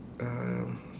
uh